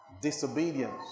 disobedience